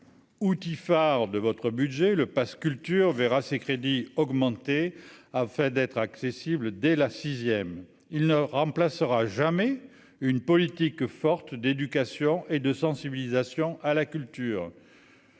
outil phare de votre budget le passe culture verra ses crédits augmenter afin d'être accessible dès la 6ème il ne remplacera jamais une politique forte d'éducation et de sensibilisation à la culture,